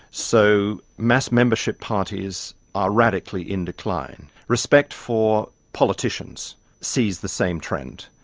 so, mass membership parties are radically in decline. respect for politicians sees the same trend.